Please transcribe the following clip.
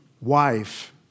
wife